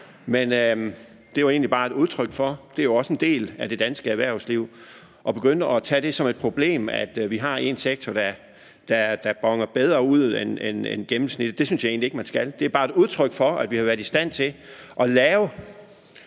Det er bare et udtryk for, at vi har været i stand til at lave